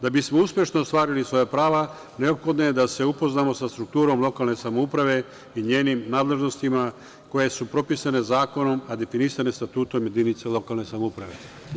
Da bismo uspešno ostvarili svoja prava neophodno je da se upoznamo sa strukturom lokalne samouprave, njenim nadležnostima koje su propisane zakonom, a definisane statutom jedinica lokalne samouprave.